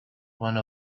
one